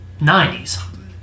90s